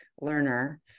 learner